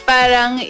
Parang